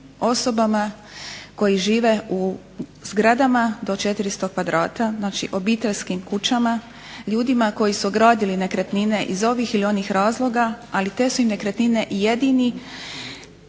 osobama koji žive u zgradama do 400 kvadrata, znači obiteljskim kućama, ljudima koji su gradili nekretnine iz ovih ili onih razloga, ali te su im nekretnine jedini